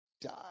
die